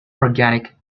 organic